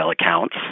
accounts